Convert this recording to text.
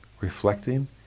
reflecting